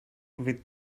with